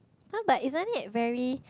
some like isn't it very